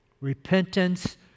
Repentance